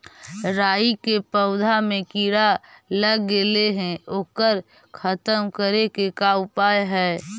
राई के पौधा में किड़ा लग गेले हे ओकर खत्म करे के का उपाय है?